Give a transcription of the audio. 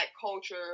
culture